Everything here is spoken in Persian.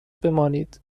بمانید